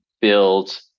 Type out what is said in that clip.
build